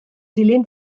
dilyn